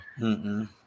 Mm-mm